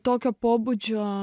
tokio pobūdžio